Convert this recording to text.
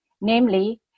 Namely